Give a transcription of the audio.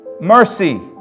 mercy